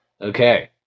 okay